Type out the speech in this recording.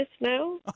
Now